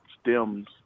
stems